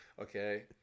Okay